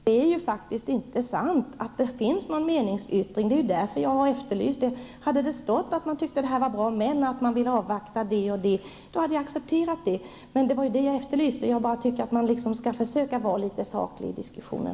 Fru talman! Det är inte sant att det finns någon meningsyttring. Det är därför jag har efterlyst en sådan. Om det hade stått att utskottet tyckte att det här var bra men att man ville avvakta hade jag accepterat det. Man bör försöka vara litet saklig i diskussionen.